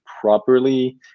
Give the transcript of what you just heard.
properly